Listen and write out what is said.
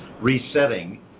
resetting